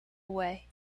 away